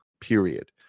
period